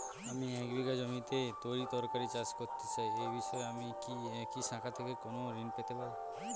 আমি এক বিঘা জমিতে তরিতরকারি চাষ করতে চাই এই বিষয়ে আমি কি এই শাখা থেকে কোন ঋণ পেতে পারি?